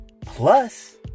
Plus